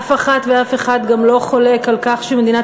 אף אחת ואף אחד גם לא חולק על כך שמדינת